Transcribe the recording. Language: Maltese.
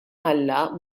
alla